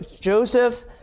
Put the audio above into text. Joseph